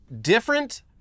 different